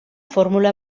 fórmula